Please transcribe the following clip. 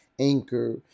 Anchor